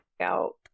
out